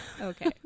Okay